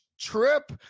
trip